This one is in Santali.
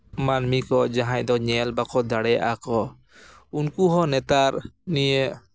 ᱢᱟᱹᱱᱢᱤ ᱠᱚ ᱡᱟᱦᱟᱸᱭ ᱫᱚ ᱧᱮᱞ ᱵᱟᱠᱚ ᱫᱟᱲᱮᱭᱟᱜ ᱠᱚ ᱩᱱᱠᱩ ᱦᱚᱸ ᱱᱮᱛᱟᱨ ᱱᱤᱭᱟᱹ